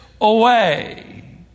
away